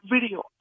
video